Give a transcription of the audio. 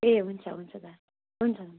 ए हुन्छ हुन्छ हुन्छ हुन्छ